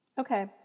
Okay